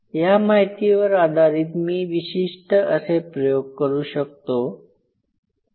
या माहितीवर आधारित मी विशिष्ट असे प्रयोग करू शकतो